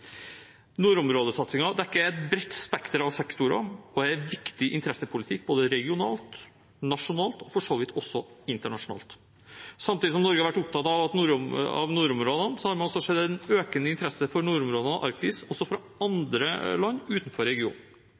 Nordområdesatsingen dekker et bredt spekter av sektorer og er viktig interessepolitikk både regionalt, nasjonalt og for så vidt også internasjonalt. Samtidig som Norge har vært opptatt av nordområdene, har man sett en økende interesse for nordområdene og Arktis også i andre land utenfor regionen.